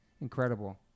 Incredible